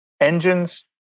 engines